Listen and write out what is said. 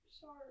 Sorry